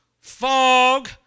fog